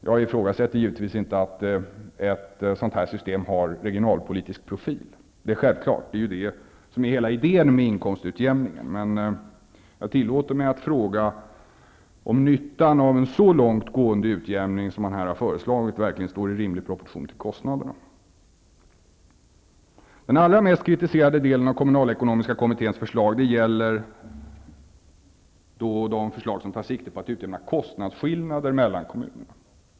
Jag ifrågasätter givetvis inte att ett system av detta slag har en regionalpolitisk profil. Det är ju hela idén med inkomstutjämning. Men jag tillåter mig att fråga om nyttan av en så långt gående utjämning som man här har föreslagit verkligen står i rimlig proportion till kostnaderna. Den allra mest kritiserade delen av kommunalekonomiska kommitténs betänkande gäller de förslag som tar sikte på att utjämna kostnadsskillnader mellan kommunerna.